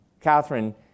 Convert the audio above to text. Catherine